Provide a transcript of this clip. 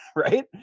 Right